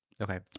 Okay